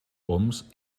oms